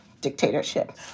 dictatorship